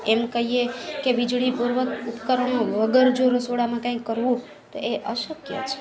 એમ કહીએ કે વીજળી પૂર્વક ઉપકરણો વગર જો રસોડામાં કંઈ કરવું તો એ અશક્ય છે